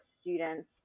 students